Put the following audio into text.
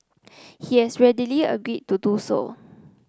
he has readily agreed to do so